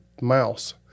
mouse